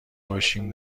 باشیم